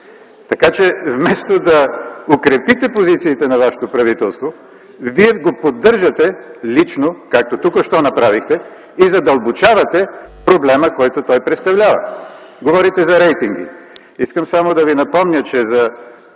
Така че вместо да укрепите позициите на Вашето правителство, Вие го поддържате лично, както току-що направихте, и задълбочавате проблема, който той представлява. Говорите за рейтинги. Искам само да Ви напомня, че за